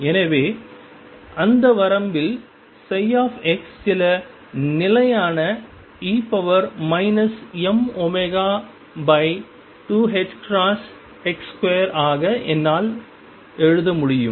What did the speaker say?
எனவே அந்த வரம்பில் x சில நிலையான e mω2ℏx2 ஆக என்னால் முடியும்